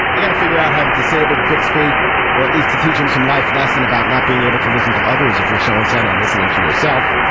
i got to figure out how to disabled bixby or at least to teach him some life lesson about not being able to listen to others if you're so intent on listening to yourself.